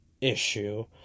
issue